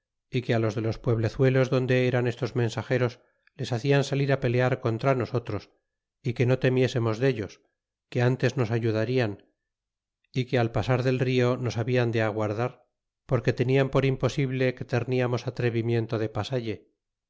que los de los pueblezuelos donde eran estos mensageros les hacian salir pelear contra nosotros y que no temiésemos dellos que ntes nos ayudarian y que al pasar del rio nos habian de aguardar porque tenian por imposible que tendamos atrevimiento de pasalle